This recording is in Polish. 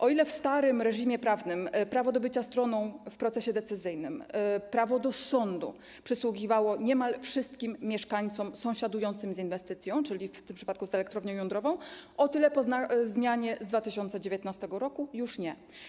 O ile w starym reżimie prawnym prawo do bycia stroną w procesie decyzyjnym, prawo do sądu przysługiwało niemal wszystkim mieszkańcom sąsiadującym z inwestycją, czyli w tym przypadku z elektrownią jądrową, o tyle po zmianie z 2019 r. już nie.